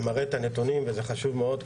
זה מראה את הנתונים וזה חשוב מאוד,